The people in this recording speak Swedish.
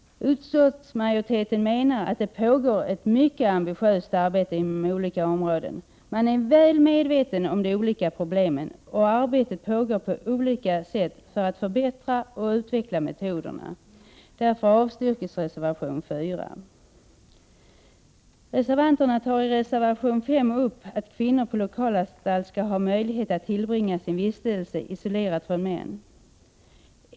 Utskottsmajoriteten menar att det pågår ett mycket ambitiöst arbete inom olika områden. Man är väl medveten om de olika problemen, och arbetet på att förbättra och utveckla metoderna pågår på olika sätt. Därför avstyrks reservation 4. Reservanterna tar i reservation 5 upp frågan att kvinnor på lokalanstalt skall ha möjlighet att tillbringa sin tid på anstalten isolerade från männen.